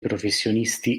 professionisti